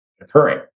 occurring